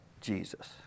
Jesus